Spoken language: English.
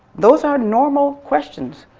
those are normal questions,